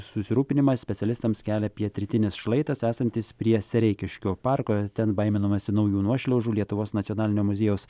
susirūpinimą specialistams kelia pietrytinis šlaitas esantis prie sereikiškių parko ten baiminamasi naujų nuošliaužų lietuvos nacionalinio muziejaus